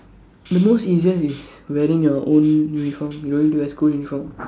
the most easiest is wearing your own uniform no need to wear school uniform